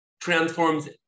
transforms